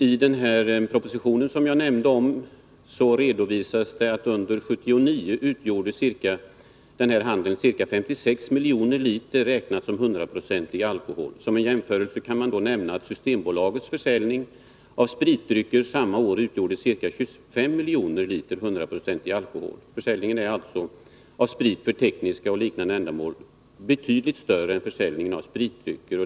I den proposition jag åberopade redovisades det att den utgjorde ca 56 miljoner liter, räknat i 100-procentig alkohol. Som en jämförelse kan nämnas att Systembolagets försäljning av spritdrycker samma år utgjorde ca 25 miljoner liter 100-procentig alkohol. Försäljningen av teknisk sprit och liknande är alltså betydligt större än försäljningen av spritdrycker.